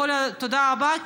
תודה רבה,